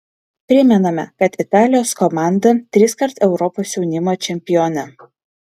primename kad italijos komanda triskart europos jaunimo čempionė